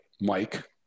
Mike